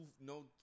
no